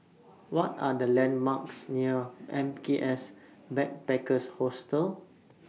What Are The landmarks near M K S Backpackers Hostel